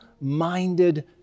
minded